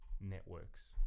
networks